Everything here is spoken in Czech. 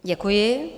Děkuji.